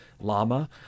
LAMA